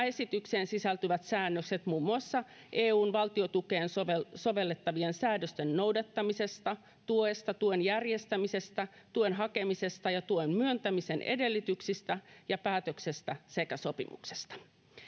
esitykseen sisältyvät säännökset muun muassa eun valtiontukeen sovellettavien sovellettavien säädösten noudattamisesta tuesta tuen järjestämisestä tuen hakemisesta ja tuen myöntämisen edellytyksistä ja päätöksestä sekä sopimuksesta